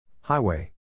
Highway